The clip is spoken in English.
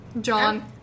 John